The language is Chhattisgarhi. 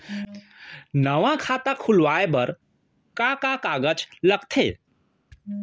नवा खाता खुलवाए बर का का कागज लगथे?